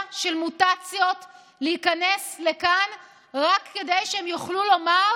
של מוטציות להיכנס לכאן רק כדי שהם יוכלו לומר